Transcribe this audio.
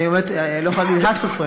אני לא יכולה להגיד הסופרים,